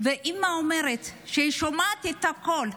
והאימא אומרת שהיא שומעת את הקול שלה,